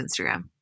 Instagram